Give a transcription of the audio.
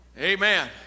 Amen